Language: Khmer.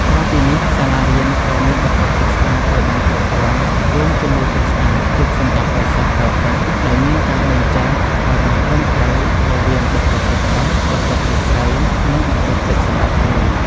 ក្រៅពីនេះសាលារៀនត្រូវមានបន្ទប់ទឹកស្អាតឲ្យបានគ្រប់គ្រាន់រួមជាមួយទឹកស្អាតទុកសម្រាប់ឲ្យសិស្សប្រើប្រាស់ ដោយមានការបែងចែកឲ្យបានត្រឹមត្រូវរវាងបន្ទប់ទឹកប្រុស បន្ទប់ទឹកស្រី និងបន្ទប់ទឹកសម្រាប់គ្រូ។